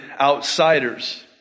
outsiders